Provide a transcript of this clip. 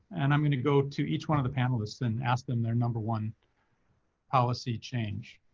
and i'm going to go to each one of the panelists and ask them their number one policy change.